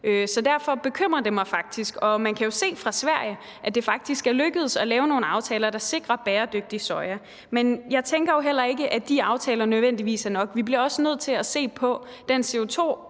Så derfor bekymrer det mig faktisk. Man kan jo se i Sverige, at det faktisk er lykkedes at lave nogle aftaler, der sikrer bæredygtig soja. Men jeg tænker jo heller ikke, at de aftaler nødvendigvis er nok. Vi bliver også nødt til at se på den